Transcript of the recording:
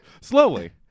Slowly